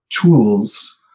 tools